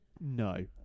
No